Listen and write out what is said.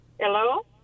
hello